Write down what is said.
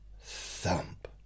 thump